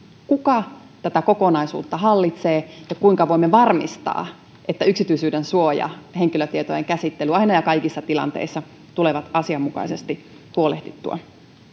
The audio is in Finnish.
kuka tätä kokonaisuutta hallitsee ja kuinka voimme varmistaa että yksityisyydensuoja ja henkilötietojen käsittely aina ja kaikissa tilanteissa tulevat asianmukaisesti huolehdittua